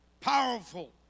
Powerful